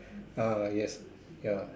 uh yes ya